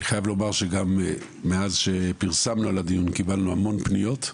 אני חייב לומר שמאז שפרסמנו על הדיון קיבלנו המון פניות,